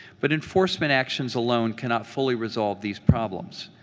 but enforcement actions alone cannot fully resolve these problems.